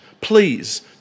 please